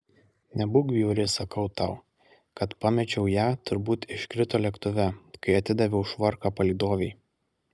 nebūk bjauri sakau tau kad pamečiau ją turbūt iškrito lėktuve kai atidaviau švarką palydovei